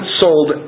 sold